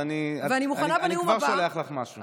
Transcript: אז אני כבר שולח לך משהו.